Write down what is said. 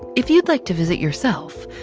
if you'd like to visit yourself,